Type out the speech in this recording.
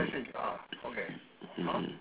mmhmm